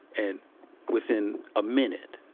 and within a minute,